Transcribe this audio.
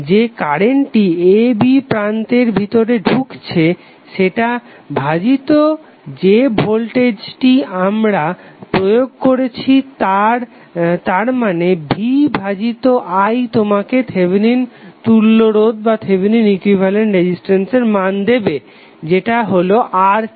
যে কারেন্টটি a b প্রান্তের ভিতরে ধুকছে সেটা ভাজিত যে ভোল্টেজটি আমরা প্রয়োগ করেছি তারমানে V ভাজিত I তোমাকে থেভেনিন তুল্য রোধের মান দেবে যেটা হলো RTh